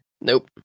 Nope